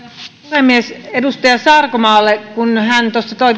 puhemies edustaja sarkomaalle kun hän